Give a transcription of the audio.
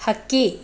ಹಕ್ಕಿ